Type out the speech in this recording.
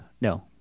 No